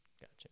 Gotcha